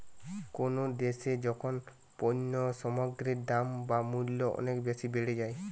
কোনো দ্যাশে যখন পণ্য সামগ্রীর দাম বা মূল্য অনেক বেশি বেড়ে যায়